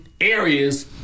areas